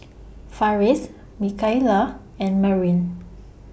Farris Mikaela and Merwin